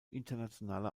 internationaler